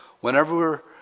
Whenever